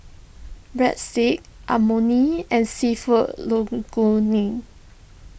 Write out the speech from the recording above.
Breadsticks Imoni and Seafood Linguine